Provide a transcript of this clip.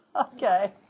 Okay